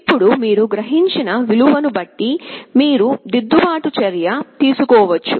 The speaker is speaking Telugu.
ఇప్పుడు మీరు గ్రహించిన విలువను బట్టి మీరు దిద్దుబాటు చర్య తీసుకోవచ్చు